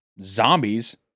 zombies